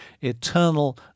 eternal